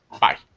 Bye